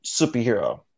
superhero